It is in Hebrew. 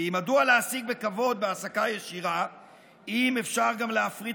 כי מדוע להעסיק בכבוד בהעסקה ישירה אם אפשר להפריט